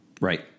Right